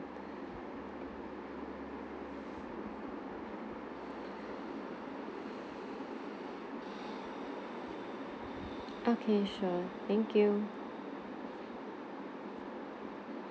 okay sure thank you